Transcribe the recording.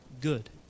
good